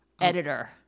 editor